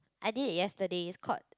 I did yesterday is called